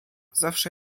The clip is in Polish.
zawsze